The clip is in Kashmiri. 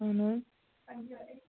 اہن حظ